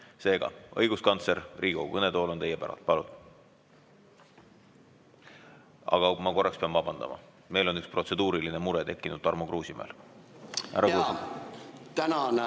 Seega, õiguskantsler, Riigikogu kõnetool on teie päralt. Palun! Aga ma korraks pean vabandama. Meil on üks protseduuriline mure tekkinud Tarmo Kruusimäel. Härra Kruusimäe.